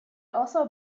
also